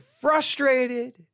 frustrated